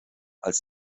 als